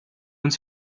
uns